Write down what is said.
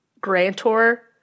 grantor